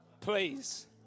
Please